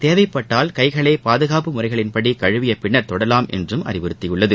தேவைப்பட்டால் கைகளை பாதுகாப்பு முறைகளின்படி கழுவிய பின்னா் தொடலாம் என்றும் அறிவுறுத்தியுள்ளது